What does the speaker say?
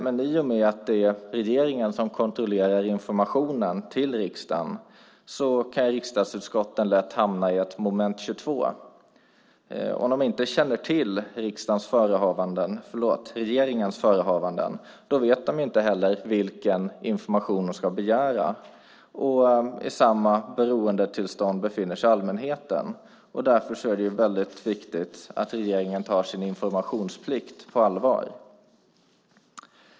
Men i och med att det är regeringen som kontrollerar informationen till riksdagen kan riksdagsutskotten lätt hamna i ett moment 22. Om de inte känner till regeringens förehavanden vet de inte heller vilken information de ska begära. I samma beroendetillstånd befinner sig allmänheten. Därför är det viktigt att regeringen tar sin informationsplikt på allvar.